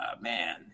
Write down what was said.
man